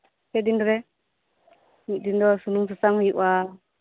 ᱯᱮᱫᱤᱱ ᱨᱮ ᱢᱤᱫ ᱫᱤᱱᱫᱚ ᱥᱩᱱᱩᱢ ᱥᱟᱥᱟᱝ ᱦᱩᱭᱩᱜᱼᱟ